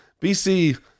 BC